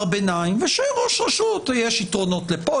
ביניים ושראש הרשות יש יתרונות לפה